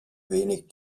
wenig